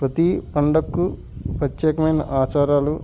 ప్రతీ పండగకి ప్రత్యేకమైన ఆచారాలు